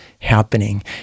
happening